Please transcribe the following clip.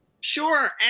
Sure